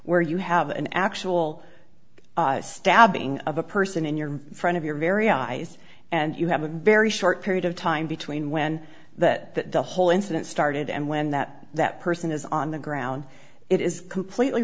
where you have an actual stabbing of a person in your front of your very eyes and you have a very short period of time between when that that the whole incident started and when that that person is on the ground it is completely